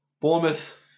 Bournemouth